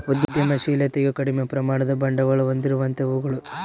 ಉದ್ಯಮಶಿಲತೆಯು ಕಡಿಮೆ ಪ್ರಮಾಣದ ಬಂಡವಾಳ ಹೊಂದಿರುವಂತವುಗಳು